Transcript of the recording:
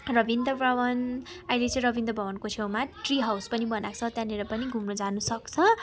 रबिन्द्र भवन आहिले चाहिँ रविन्द्र भवनको छेउमा ट्री हउस पनि बनाएको छ त्यहाँनिर पनि घुम्न जानु सक्छ